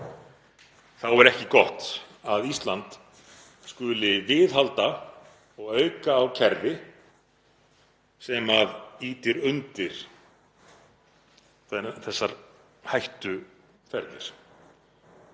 þá er ekki gott að Ísland skuli viðhalda og auka á kerfi sem ýtir undir þessar hættuferðir,